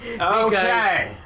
Okay